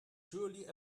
surely